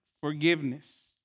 forgiveness